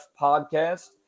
podcast